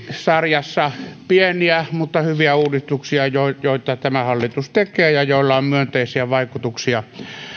sarjassa pieniä mutta hyviä uudistuksia joita joita tämä hallitus tekee ja joilla on myönteisiä vaikutuksia